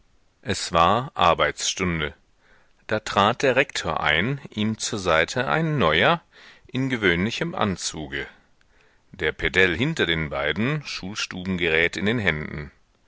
es war arbeitsstunde da trat der rektor ein ihm zur seite ein neuer in gewöhnlichem anzuge der pedell hinter den beiden schulstubengerät in den händen